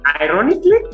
Ironically